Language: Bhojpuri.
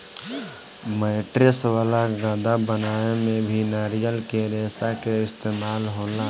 मैट्रेस वाला गद्दा बनावे में भी नारियल के रेशा के इस्तेमाल होला